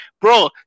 Bro